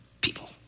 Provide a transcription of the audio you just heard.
People